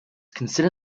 consider